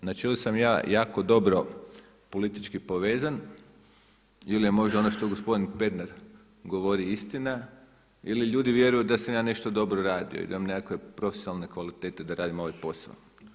Znači ovdje sam ja jako dobro politički povezan ili je možda ono što je gospodin Pernar govori istina ili ljudi vjeruju da sam ja nešto dobro radio i da imam nekakve profesionalne kvalitete da radim ovaj posao.